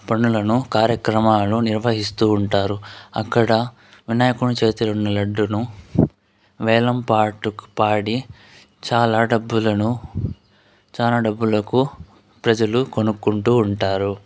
పనులను కార్యక్రమాలను నిర్వహిస్తూ ఉంటారు అక్కడ వినాయకుని చేతిలో ఉన్న లడ్డును వేలం పాటుకు పాడి చాలా డబ్బులను చాలా డబ్బులకు ప్రజలు కొనుక్కుంటూ ఉంటారు